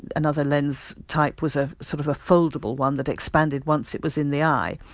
another lens type was a sort of a foldable one that expanded once it was in the eye.